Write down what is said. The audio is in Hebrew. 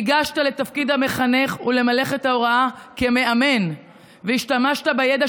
ניגשת לתפקיד המחנך ולמלאכת ההוראה כמאמן והשתמשת בידע